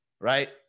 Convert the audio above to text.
right